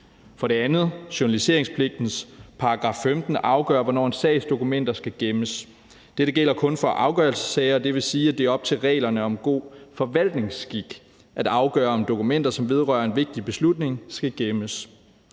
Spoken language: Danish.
For det andet afgør journaliseringspligtens § 15, hvornår en sags dokumenter skal gemmes. Dette gælder kun for afgørelsessager, og det vil sige, at det er op til reglerne om god forvaltningsskik at afgøre, om dokumenter, som vedrører en vigtig beslutning, skal gemmes.